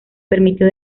permitió